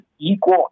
equal